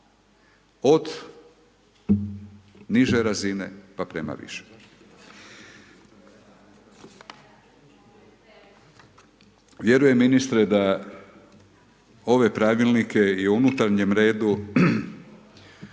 od niže razine pa prema višoj. Vjerujem ministre da ove pravilnike i o unutarnjem redu,